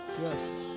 Yes